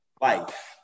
life